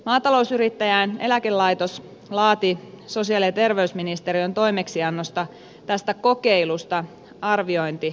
maatalousyrittäjien eläkelaitos laati sosiaali ja terveysministeriön toimeksiannosta tästä kokeilusta arviointiraportin